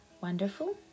wonderful